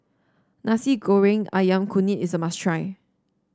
Nasi Goreng ayam kunyit is a must try